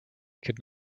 could